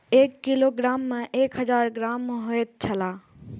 एक किलोग्राम में एक हजार ग्राम होयत छला